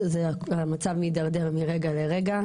המצב מדרדר מרגע לרגע.